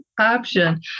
option